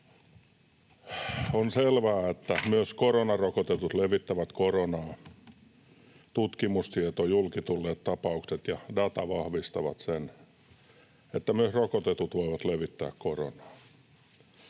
On selvää, että myös koronarokotetut levittävät koronaa. Tutkimustieto, julki tulleet tapaukset ja data vahvistavat sen, että myös rokotetut voivat levittää koronaa.